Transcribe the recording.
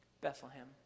Bethlehem